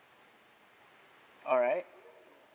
alright